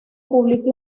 publica